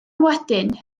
wedyn